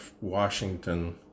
washington